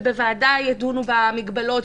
ובוועדה ידונו במגבלות,